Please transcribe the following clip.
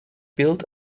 built